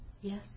Yes